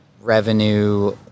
revenue